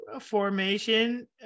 formation